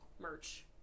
Merch